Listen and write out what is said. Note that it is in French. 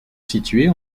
situait